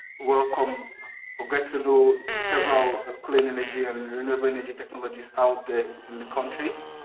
work on or get to do several clean energy and renewable energy technologies out there in the country,